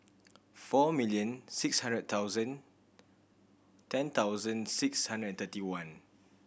four million six hundred thousand ten thousand six hundred and thirty one